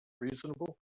reasonable